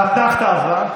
האתנחתא עברה.